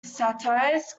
satires